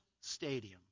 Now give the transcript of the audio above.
Stadium